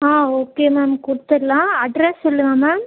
ஆ okay ma'am கொடுத்துட்லாம் address சொல்லுங்கள் ma'am